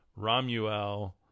Ramuel